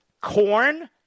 corn